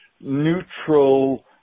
neutral